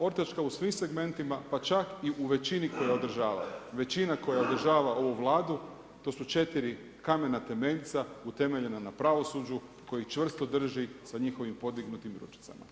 Ortačka u svim segmentima, pa čak i u većini koja održava, većina koja održava ovu Vladu to su četiri kamena temeljca utemeljena na pravosuđu koji ih čvrsto drži sa njihovim podignutim ručicama.